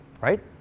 right